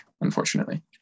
unfortunately